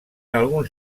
alguns